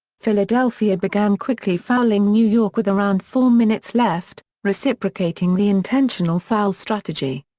philadelphia began quickly fouling new york with around four minutes left, reciprocating the intentional foul strategy.